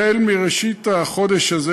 החל מראשית החודש הזה,